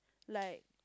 like